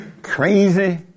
crazy